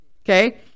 okay